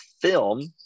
film